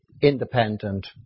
independent